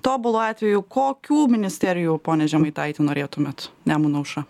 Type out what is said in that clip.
tobulu atveju kokių ministerijų pone žemaitaiti norėtumėt nemuno aušra